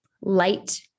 light